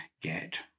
get